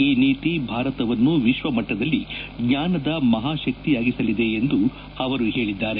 ಈ ನೀತಿ ಭಾರತವನ್ನು ವಿಶ್ವ ಮಟ್ಟದಲ್ಲಿ ಜ್ಞಾನದ ಮಹಾಶಕ್ತಿಯಾಗಿಸಲಿದೆ ಎಂದು ಅವರು ಹೇಳಿದ್ದಾರೆ